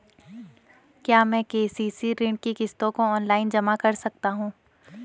क्या मैं के.सी.सी ऋण की किश्तों को ऑनलाइन जमा कर सकता हूँ?